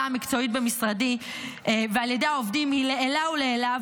המקצועית במשרדי ועל ידי העובדים היא לעילא ולעילא,